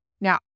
Now